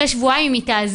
אחרי שבועיים אם היא תעזוב